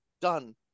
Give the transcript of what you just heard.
done